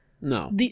No